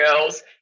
girls